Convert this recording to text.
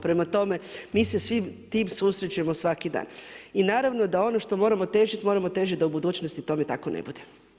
Prema tome, mi se s tim susrećemo svaki dan i naravno da ono što moramo težiti moramo težiti da u budućnosti tome tako ne bude.